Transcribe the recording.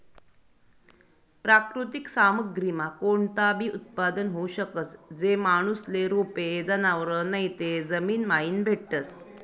प्राकृतिक सामग्रीमा कोणताबी उत्पादन होऊ शकस, जे माणूसले रोपे, जनावरं नैते जमीनमाईन भेटतस